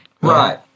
Right